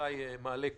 אזולאי מעלה כאן.